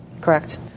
Correct